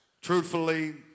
truthfully